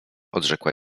odrzekła